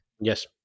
Yes